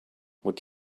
would